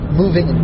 moving